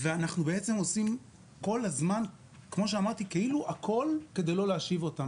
ואנחנו עושים כול הזמן כאילו הכול כדי לא להשיב אותם.